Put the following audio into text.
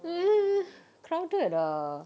mm crowded ah